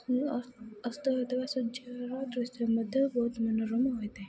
ଅସ୍ତ ହୋଇଥିବା ସୂର୍ଯ୍ୟର ଦୃଶ୍ୟ ମଧ୍ୟ ବହୁତ ମନୋରମ ହୋଇଥାଏ